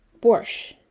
borscht